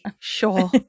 sure